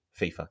FIFA